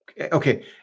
Okay